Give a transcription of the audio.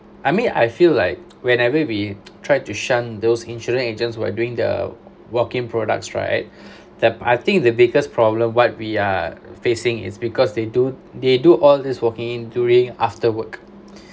I mean I feel like whenever we tried to shun those insurance agents who are doing the walking products right that I think the biggest problem what we are facing is because they do they do all this walking during after work